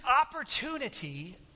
opportunity